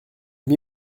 m’y